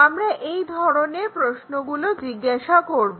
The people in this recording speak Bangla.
আমরা এই ধরনের প্রশ্নগুলো জিজ্ঞাসা করব